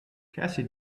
cassie